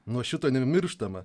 nuo šito nemirštama